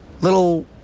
little